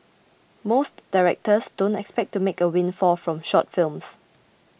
most directors don't expect to make a windfall from short films